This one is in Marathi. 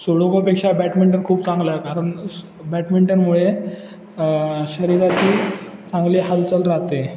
सोडोकोपेक्षा बॅटमिंटन खूप चांगला आहे कारण बॅटमिंटनमुळे शरीराची चांगली हालचाल राहते